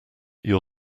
your